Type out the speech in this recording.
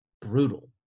brutal